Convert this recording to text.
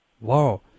Wow